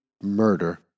murder